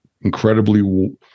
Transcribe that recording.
incredibly